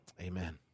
Amen